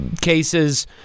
cases